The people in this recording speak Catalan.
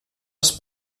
els